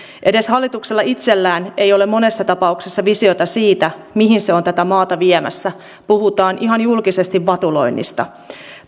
edes hallituksella itsellään ei ole monessa tapauksessa visiota siitä mihin se on tätä maata viemässä puhutaan ihan julkisesti vatuloinnista